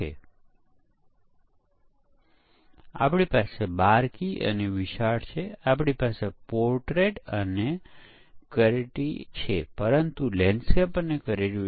હવે એ ભૂલ શોધવા આપણે સમગ્ર બાબત જોવી પડશે તે કોડ હજારો અથવા પચાસ હજાર લાઇનનો હોઈ શકે છે અને આપણે તેમાં બગ ક્યાં છે તે શોધવાની કોશિશ કરવી પડશે